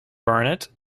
barnet